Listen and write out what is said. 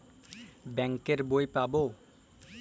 Bank এর বই পাবো?